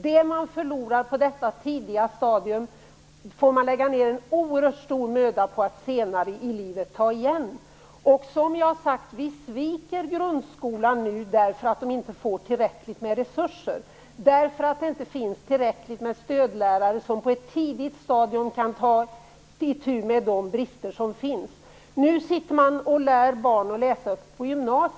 Det som man förlorar på detta tidiga stadium får man lägga ned oerhört stor möda på att senare i livet ta igen. Som jag har sagt sviker vi nu grundskolan genom att den inte får tillräckligt med resurser. Det finns inte tillräckligt med stödlärare som på ett tidigt stadium kan ta itu med de brister som finns. Nu sitter man på gymnasiet och lär barn att läsa.